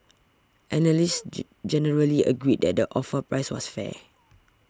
analysts generally agreed that the offer price was fair